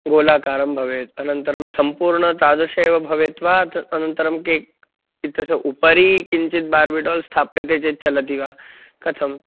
गोलाकारं भवेत् अनन्तरं संपूर्ण तादृशेव भवेत् वा अथवा अनन्तरं केक् इत्यस्य उपरि किञ्चित् बार्बि डाल् स्थाप्यते चेत् चलति वा कथं